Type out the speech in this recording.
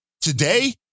today